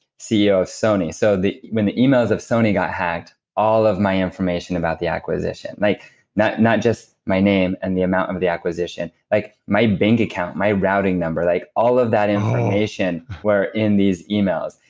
ceo of sony so when the emails of sony got hacked, all of my information about the acquisition. like not not just my name and the amount of of the acquisition, like my bank account, my routing number, like all of that information were in these emails.